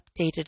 updated